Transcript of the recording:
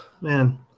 Man